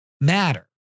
matter